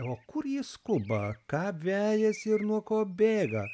o kur jis skuba ką vejasi ir nuo ko bėga